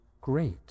great